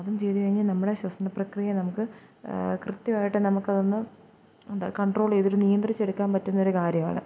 അതും ചെയ്തു കഴിഞ്ഞാൽ നമ്മുടെ ശ്വസനപ്രക്രിയ നമുക്ക് കൃത്യമായിട്ട് നമുക്കതൊന്ന് എന്താ കണ്ട്രോൾ ചെയ്ത് ഒരു നിയന്ത്രിച്ചെടുക്കാൻ പറ്റുന്നൊരു കാര്യമാണ്